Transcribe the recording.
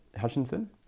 Hutchinson